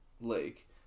lake